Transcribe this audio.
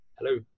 Hello